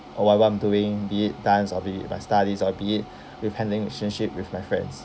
or or what I'm doing be it dance or be it my studies or be it with handling relationships with my friends